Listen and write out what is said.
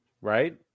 right